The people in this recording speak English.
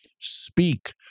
Speak